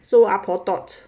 so ah po thought